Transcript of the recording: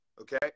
okay